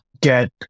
get